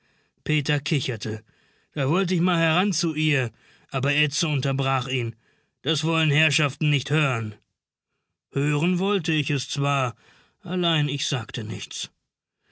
peter kicherte da wollt ich mal heran zu ihr aber edse unterbrach ihn das wollen herrschaften nich hören hören wollte ich es zwar allein ich sagte nichts